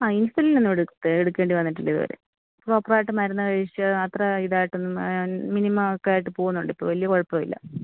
ആ ഇൻസുലിൻ ഒന്നും എടുത്ത് എടുക്കേണ്ടി വന്നിട്ടില്ല ഇതുവരെ പ്രോപ്പർ ആയിട്ട് മരുന്ന് കഴിച്ച് അത്ര ഇതായിട്ട് മിനിമം ഒക്കെ ആയിട്ടൊക്കെ പോകുന്നുണ്ട് ഇപ്പോൾ വലിയ കുഴപ്പമില്ല